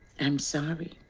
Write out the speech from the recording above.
i'm sorry.